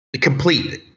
Complete